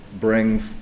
brings